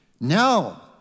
Now